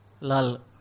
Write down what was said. Lal